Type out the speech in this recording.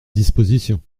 disposition